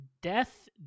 Death